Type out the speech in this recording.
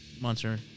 Monster